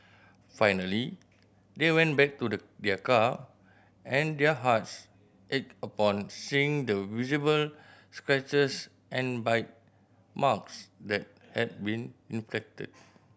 finally they went back to the their car and their hearts ached upon seeing the visible scratches and bite marks that had been inflicted